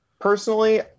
Personally